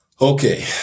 okay